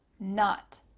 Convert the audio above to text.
not,